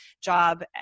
job